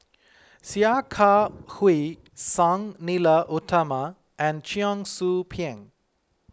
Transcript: Sia Kah Hui Sang Nila Utama and Cheong Soo Pieng